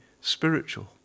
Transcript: spiritual